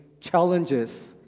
challenges